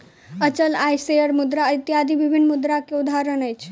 अचल आय, शेयर मुद्रा इत्यादि विभिन्न मुद्रा के उदाहरण अछि